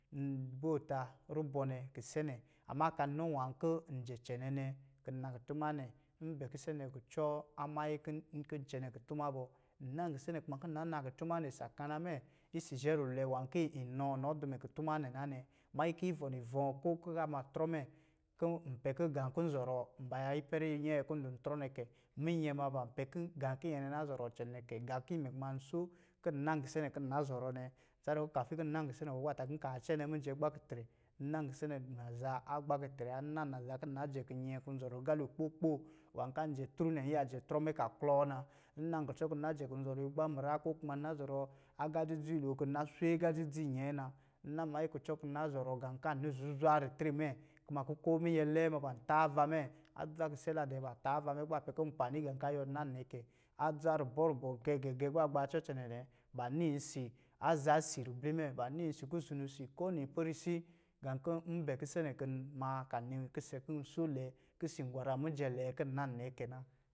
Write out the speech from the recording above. M boota rubɔ nɛ kise nɛ. Amma kan nɔ nwā kɔ̄ n jɛ cɛnɛ nɛ, kɔ, n na kutuma nɛ. Mbɛ kise nɛ kucɔ a manyi kɔ̄ nkɔ̄ cɛnɛ kutuma bɔ, n nan kise nɛ kuma kɛ n na na kutuma nɛ̄ sakana mɛ tsi zhɛ rulwɛ nwā ki inā nɔ di mɛ kutuma nɛ na nɛ. Manyi ki ivɔ̄ nivɔ̄ɔ̄ ko ku ka ma trɔ mɛ, kɔ̄ n pɛ kɔ̄ g kɔ̄ zɔrɔ mbaya ipɛrɛ nyɛɛ kɔ̄ di trɔ nɛ kɛ. Minyɛ ma ban pɛ kɔ̄ gā ki nyɛ nɛ na zɔrɔ cɛnɛ nɛ kɛ. Gā ki mɛ kuma n so kɛ nan kise nɛ kɔ̄ na zɔrɔ nɛ kafin kin nan kise nɛ kuba tta kɔ̄ nkaa cɛnɛ mijɛ gbakitrɛ. N nan kise nɛ naza a gbakitrɛ wa, n nan naza kɛ na jɛ kin nyɛ kɔ̄ zɔrɔ galo glogbo nwā kan jɛ nɛ an iya jɛ trɔ mɛ ka klɔɔ na, n nan kucɔ kɔ̄ n na jɛ kɔ̄ zɔrɔ igbamuran ko kuma n na zɔrɔ aga dzidzi lo kɔ̄ na swe aga dzidzi nɛ na. N nan manyi kucɔ kɔ̄ na zɔrɔ gā ka anu zuzwa ritre mɛ, kuma ku ko minyɛ lɛɛ ma ban taava mɛ. Adza kise la dɛɛ ba taava mɛ kuba pɛ kɔ̄ mpani gā ka yuwɔn nan nɛ kɛ. Adza rubɔ rubɔ gɛgɛɛ gɛgɛɛ kuba gbaacɔ cɛnɛ nɛ, ba ni isi aza si ribli mɛ, ba ni si kuzunu si ko nipɛrisi. Gā kɔ̄ mbɛ kise nɛ kɔ̄ n maa ka ni kise kɔ̄ so lɛ nki si gwaram mijɛ lɛ kim nan nɛ kɛ na.